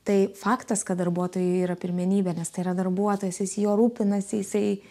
tai faktas kad darbuotojui yra pirmenybė nes tai yra darbuotojas jis juo rūpinasi jisai